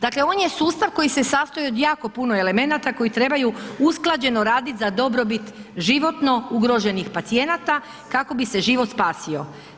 Dakle, on je sustav koji se sastoji od jako puno elemenata koji trebaju usklađeno raditi za dobrobit životno ugroženih pacijenata kako bi se život spasio.